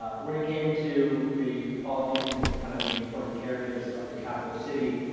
when it came to the qualities and and kind of the important characters of the capitol city,